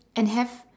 and have